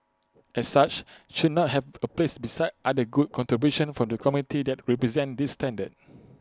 as such should not have A place beside other good contributions from the community that represent this standard